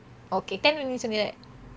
okay ten minutes only right